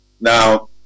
Now